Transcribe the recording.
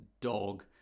dog